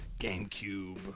GameCube